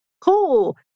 cool